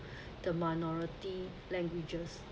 the minority languages